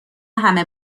همه